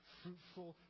fruitful